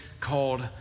called